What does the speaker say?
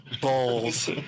balls